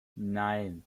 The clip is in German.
nein